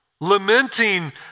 lamenting